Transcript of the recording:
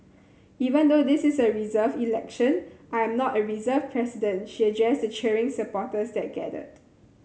even though this is a reserved election I am not a reserved president she addressed the cheering supporters that gathered